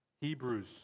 Hebrews